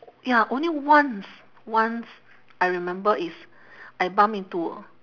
ya only once once I remember is I bump into